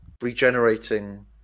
regenerating